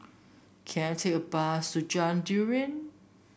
can I take a bus to Jalan Durian